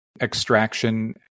extraction